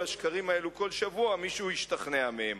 השקרים האלה בכל שבוע מישהו ישתכנע מהם.